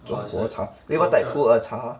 中国茶 wait what type 普洱茶